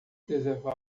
reservar